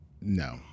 no